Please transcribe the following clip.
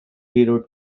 hero